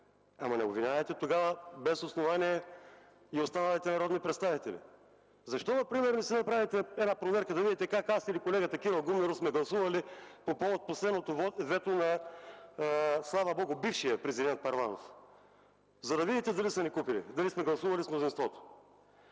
Но не обвинявайте тогава без основание останалите народни представители. Защо например не си направите проверка да видите как аз или колегата Кирил Гумнеров сме гласували по повод последното вето на, слава Богу, бившия президент Първанов, за да видите дали са ни купили, дали сме гласували с мнозинството?